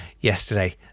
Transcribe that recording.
yesterday